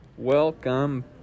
Welcome